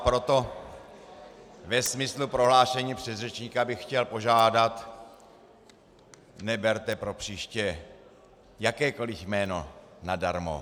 Proto ve smyslu prohlášení předřečníka bych chtěl požádat neberte příště jakékoliv jméno nadarmo.